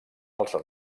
els